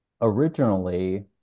originally